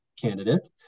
candidate